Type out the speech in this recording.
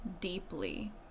deeply